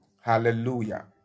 hallelujah